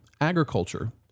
agriculture